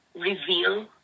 reveal